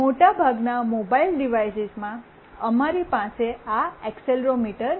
મોટાભાગના મોબાઇલ ડિવાઇસીસમાં અમારી પાસે આ એક્સેલરોમીટર છે